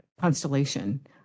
constellation